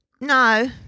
no